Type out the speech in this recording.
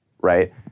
right